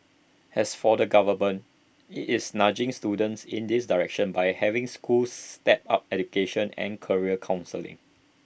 as for the government IT is nudging students in this direction by having schools step up education and career counselling